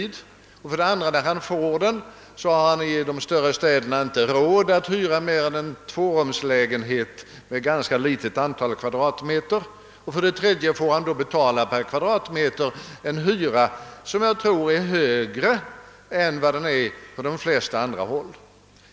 För det andra, behövde det vara så, att när han får den, har han i de större städerna inte råd att hyra mer än en tvårumslägenhet med ganska litet antal kvadratmeter? För det tredje får han per kvadratmeter betala en hyra som är högre än på de flesta andra håll i världen.